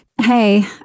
Hey